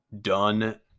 done